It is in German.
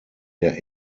der